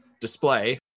display